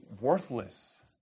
worthless